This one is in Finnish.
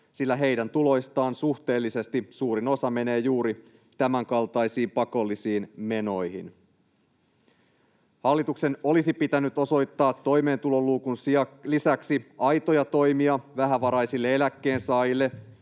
sillä heidän tuloistaan suhteellisesti suurin osa menee juuri tämänkaltaisiin pakollisiin menoihin. Hallituksen olisi pitänyt osoittaa toimeentuloluukun lisäksi aitoja toimia vähävaraisille eläkkeensaajille